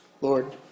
Lord